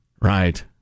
right